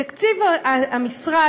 תקציב המשרד,